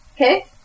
okay